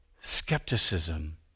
Skepticism